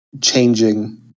changing